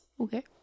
Okay